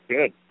Good